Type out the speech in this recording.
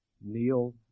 kneel